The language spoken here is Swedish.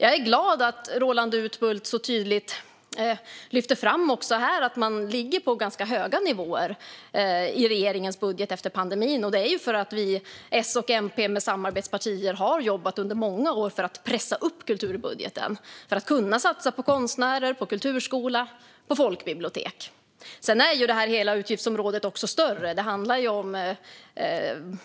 Jag är glad att Roland Utbult så tydligt lyfter fram också här att man ligger på ganska höga nivåer i regeringens budget efter pandemin. Det är ju för att S och MP med samarbetspartier under många år har jobbat för att pressa upp kulturbudgeten för att kunna satsa på konstnärer, på kulturskola och på folkbibliotek. Sedan är ju det här utgiftsområdet större. Det handlar också om